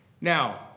Now